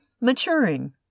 maturing